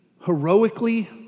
heroically